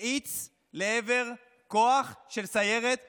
האיץ לעבר כוח של סיירת גולני.